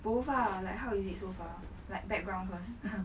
both ah like how is it so far like background first